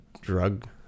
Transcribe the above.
drug